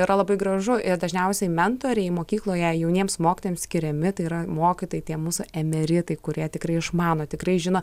yra labai gražu ir dažniausiai mentoriai mokykloje jauniems mokytojams skiriami tai yra mokytojai tie mūsų emeritai kurie tikrai išmano tikrai žino